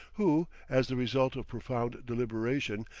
who, as the result of profound deliberation,